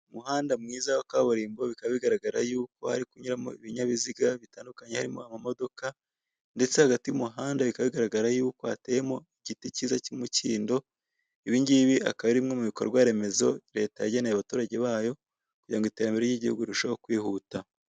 Umuhanda mwiza wa kaburimbo, bikaba bigaragara y'uko hari kunyuramo ibinyabiziga bitandukanye, harimo ama modoka, ndetse hagati y'umuhanda bika bigaragara y'uko hateyemo igiti cyiza cy'umukindo, ibi ngibi akaba ari bimwe mu bikorwaremezo leta yageneye abaturage bayo, kugira ngo iterambere ry'igihugu rirusheho kwihuta.